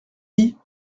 dit